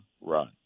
run